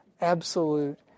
absolute